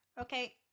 okay